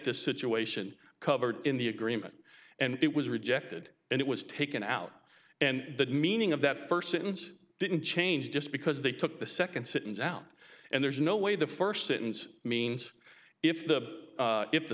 this situation covered in the agreement and it was rejected and it was taken out and the meaning of that first sentence didn't change just because they took the second sentence out and there's no way the first sentence means if the if the